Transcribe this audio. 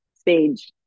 stage